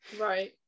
Right